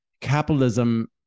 capitalism